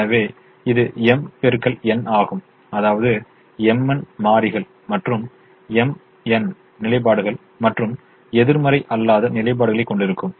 எனவே இது ஆகும் ஆதாவது mn மாறிகள் மற்றும் நிலைப்பாடுகள் மற்றும் எதிர்மறை அல்லாத நிலைப்பாடுகளைக் கொண்டிருக்கும்